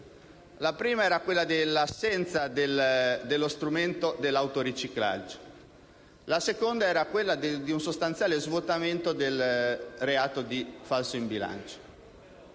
la prima era l'assenza dello strumento dell'autoriciclaggio; la seconda era un sostanziale svuotamento del reato di falso in bilancio.